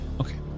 Okay